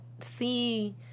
see